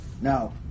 now